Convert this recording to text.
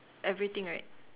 everything right